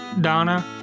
Donna